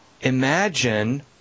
Imagine